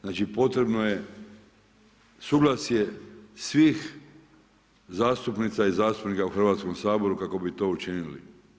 Znači potrebno je suglasje svih zastupnica i zastupnika u Hrvatskom saboru kako bi to učinili.